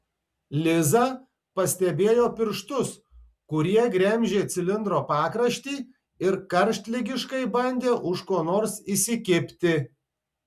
liza pastebėjo pirštus kurie gremžė cilindro pakraštį ir karštligiškai bandė už ko nors įsikibti